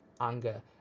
anger